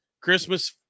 Christmas